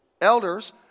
Elders